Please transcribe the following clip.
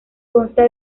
consta